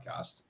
podcast